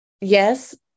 yes